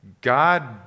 God